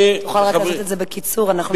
תוכל רק לעשות את זה בקיצור, אנחנו נשמח.